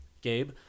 Gabe